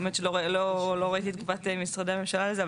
האמת שלא ראיתי את תגובת משרדי הממשלה לזה,